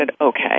okay